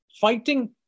fighting